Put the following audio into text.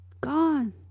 Gone